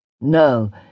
No